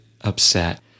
upset